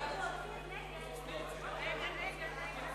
נתיחת גווייה),